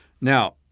Now